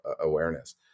awareness